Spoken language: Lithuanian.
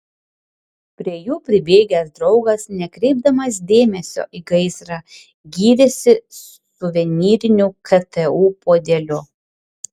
prie jų pribėgęs draugas nekreipdamas dėmesio į gaisrą gyrėsi suvenyriniu ktu puodeliu